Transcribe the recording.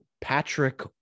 Patrick